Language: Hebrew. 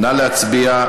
נא להצביע,